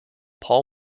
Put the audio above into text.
paul